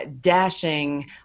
Dashing